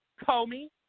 Comey